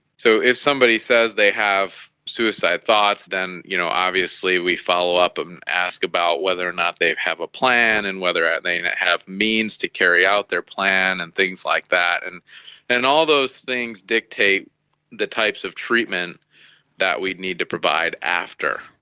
so if somebody says they have suicide thoughts, then you know obviously we follow up and ask about whether or not they have a plan and whether they have means to carry out their plan and things like that. and and all those things dictate the types of treatment that we'd need to provide after.